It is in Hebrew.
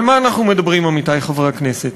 על מה אנחנו מדברים, עמיתי חברי הכנסת?